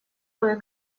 кое